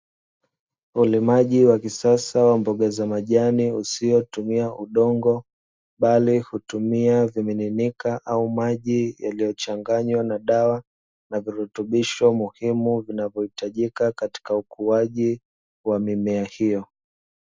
Ulimaji wa kisasa wa mboga za majani usiotumia udongo bali hutumia vimiminika au maji yaliyochanganywa na dawa, na virutubisho muhimu vinavyohitajika katika ukuaji wa mimea hiyo.